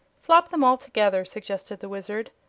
flop them all together, suggested the wizard.